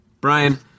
Brian